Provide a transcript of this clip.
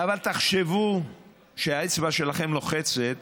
אבל תחשבו כשהאצבע שלכם לוחצת